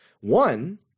One